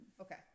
okay